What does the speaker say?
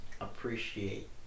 appreciate